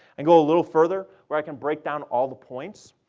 and go a little further where i can break down all the points,